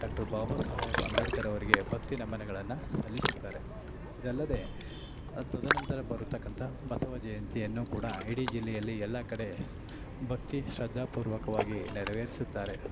doctor Baba Saheb Ambedkar ಅವರಿಗೆ ಭಕ್ತಿ ನಮನಗಳನ್ನ ಸಲ್ಲಿಸುತ್ತಾರೆ ಇದಲ್ಲದೆ ತದನಂತರ ಬರತಕ್ಕಂತಹ ಬಸವ ಜಯಂತಿಯನ್ನು ಕೂಡ ಇಡೀ ಜಿಲ್ಲೆಯಲ್ಲಿ ಎಲ್ಲ ಕಡೆ ಭಕ್ತಿ ಶ್ರದ್ಧಾಪೂರ್ವಕವಾಗಿ ನೆರವೇರಿಸುತ್ತಾರೆ